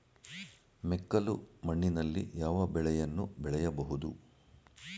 ಮೆಕ್ಕಲು ಮಣ್ಣಿನಲ್ಲಿ ಯಾವ ಬೆಳೆಯನ್ನು ಬೆಳೆಯಬಹುದು?